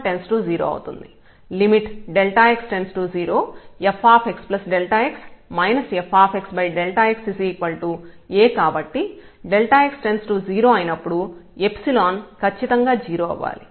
x→0fxx fx A కాబట్టి x→0 అయినప్పుడు ϵ ఖచ్చితంగా 0 అవ్వాలి